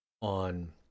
on